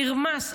נרמס.